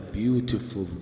beautiful